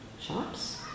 shops